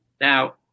Now